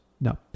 No